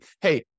hey